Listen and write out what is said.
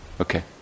Okay